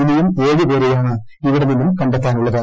ഇനിയും ഏഴുപേരെയാണ് ഇവിടെ നിന്നും കണ്ടെത്താനുള്ളത്